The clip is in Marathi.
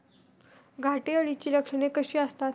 घाटे अळीची लक्षणे कशी असतात?